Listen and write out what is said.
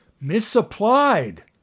misapplied